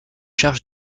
charge